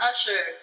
Usher